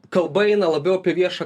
kalba eina labiau apie viešą